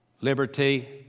liberty